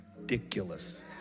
ridiculous